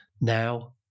Now